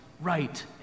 right